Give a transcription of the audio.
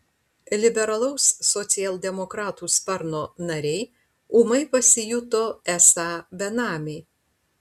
liberalaus socialdemokratų sparno nariai ūmai pasijuto esą benamiai